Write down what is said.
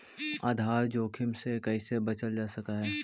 आधार जोखिम से कइसे बचल जा सकऽ हइ?